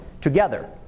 together